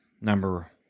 number